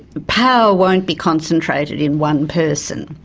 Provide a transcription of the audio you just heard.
power won't be concentrated in one person.